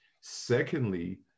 Secondly